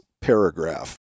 paragraph